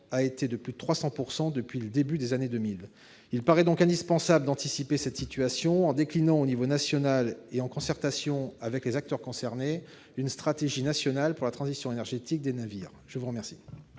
a été de plus de 300 % depuis le début des années 2000. Il paraît donc indispensable d'anticiper cette situation en déclinant à l'échelon national et en concertation avec les acteurs concernés une stratégie nationale pour la transition énergétique des navires. Les trois